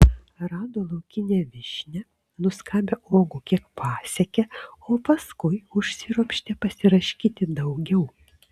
rado laukinę vyšnią nuskabė uogų kiek pasiekė o paskui užsiropštė pasiraškyti daugiau